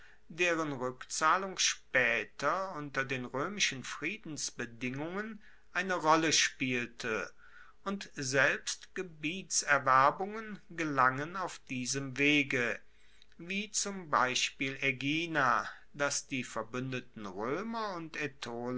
deren rueckzahlung spaeter unter den roemischen friedensbedingungen eine rolle spielte und selbst gebietserwerbungen gelangen auf diesem wege wie zum beispiel aegina das die verbuendeten roemer und